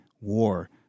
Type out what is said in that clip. war